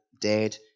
dead